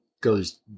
goes